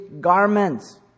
garments